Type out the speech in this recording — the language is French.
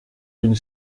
une